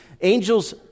Angels